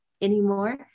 anymore